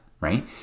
right